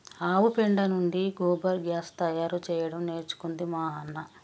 ఆవు పెండ నుండి గోబర్ గ్యాస్ తయారు చేయడం నేర్చుకుంది మా అన్న